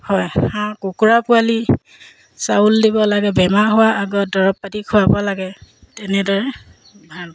হয় হাঁহ কুকুৰা পোৱালি চাউল দিব লাগে বেমাৰ হোৱাৰ আগত দৰৱ পাতি খোৱাব লাগে তেনেদৰে ভাল